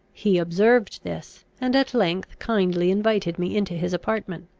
he observed this, and at length kindly invited me into his apartment.